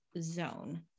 zone